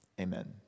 Amen